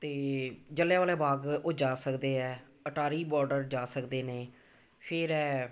ਅਤੇ ਜਲ੍ਹਿਆ ਵਾਲੇ ਬਾਗ ਉਹ ਜਾ ਸਕਦੇ ਹੈ ਅਟਾਰੀ ਬੋਡਰ ਜਾ ਸਕਦੇ ਨੇ ਫਿਰ ਹੈ